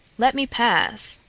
let me pass!